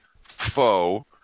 foe